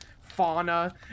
fauna